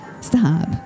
Stop